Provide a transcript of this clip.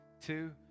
two